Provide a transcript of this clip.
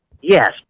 Yes